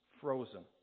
frozen